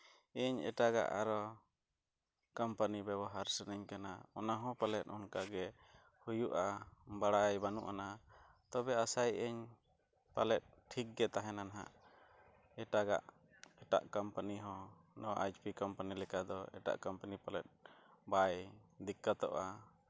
ᱤᱧ ᱮᱴᱟᱜᱟᱜ ᱟᱨᱚ ᱠᱚᱢᱯᱟᱱᱤ ᱵᱮᱵᱚᱦᱟᱨ ᱥᱟᱱᱟᱹᱧ ᱠᱟᱱᱟ ᱚᱱᱟ ᱦᱚᱸ ᱯᱟᱞᱮᱫ ᱚᱱᱠᱟ ᱜᱮ ᱦᱩᱭᱩᱜᱼᱟ ᱵᱟᱲᱟᱭ ᱵᱟᱹᱱᱩᱜᱼᱟᱱᱟ ᱛᱚᱵᱮ ᱟᱥᱟᱭᱮᱜᱼᱟᱹᱧ ᱯᱟᱞᱮᱫ ᱴᱷᱤᱠ ᱜᱮ ᱛᱟᱦᱮᱱᱟ ᱱᱟᱜ ᱮᱴᱟᱜᱟᱜ ᱮᱴᱟᱜ ᱠᱚᱢᱯᱟᱱᱤ ᱦᱚᱸ ᱱᱚᱣᱟ ᱟᱭᱮᱪ ᱯᱤ ᱠᱚᱢᱯᱟᱱᱤ ᱞᱮᱠᱟ ᱫᱚ ᱮᱴᱟᱜ ᱠᱚᱢᱯᱟᱱᱤ ᱯᱟᱞᱮᱫ ᱵᱟᱭ ᱫᱤᱠᱠᱟᱛᱚᱜᱼᱟ